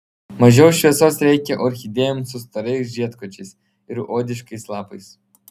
mažiau šviesos reikia orchidėjoms su storais žiedkočiais ir odiškais lapais